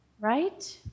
right